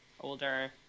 older